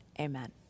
Amen